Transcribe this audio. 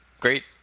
great